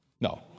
No